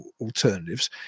alternatives